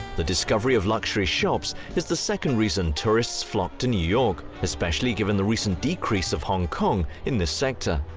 the discovery of luxury shops is the second reason tourists flock to new york, especially given the recent decrease of hong kong in this sector.